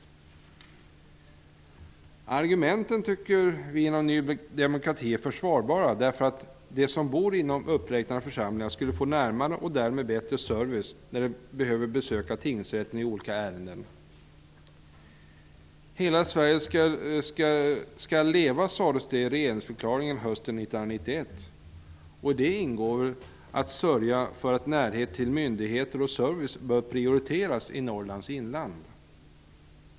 Vi inom Ny demokrati tycker att argumenten är försvarbara, därför att de som bor inom uppräknade församlingar skulle få närmare och därmed bättre service när de behöver besöka tingsrätten i olika ärenden. Hela Sverige skall leva, sades det i regeringsförklaringen hösten 1991. I det ingår väl att sörja för att närhet till myndigheter och service bör prioriteras i Norrlands inland.